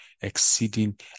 exceeding